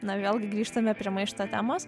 na ir vėlgi grįžtame prie maišto temos